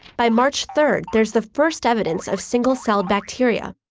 by march third, there's the first evidence of single-celled bacteria.